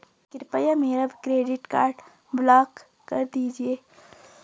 कृपया मेरा credit card block कर दीजिए